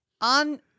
on